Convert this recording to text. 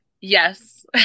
Yes